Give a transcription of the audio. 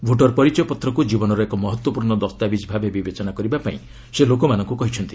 voter ପରିଚୟ ପତ୍ରକୁ ଜୀବନର ଏକ ମହତ୍ତ୍ୱପୂର୍ଣ୍ଣ ଦସ୍ତାବିଜ୍ ଭାବେ ବିବେଚନା କରିବାପାଇଁ ସେ ଲୋକମାନଙ୍କୁ କହିଛନ୍ତି